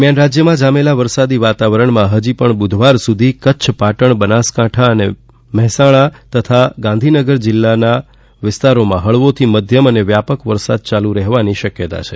દરમિયાન રાજ્યમાં જામેલા વરસાદી વાતાવરણમાં હજી પણ બૂધવાર સુધી કચ્છ પાટણ બનાસકાંઠા મહેસાણા અને ગાંધીનગર જિલ્લા સિવાયના વિસ્તારોમાં હળવાથી મધ્યમ અને વ્યાપક વરસાદ ચાલુ રહેવાની શક્યતા છે